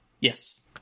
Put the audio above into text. yes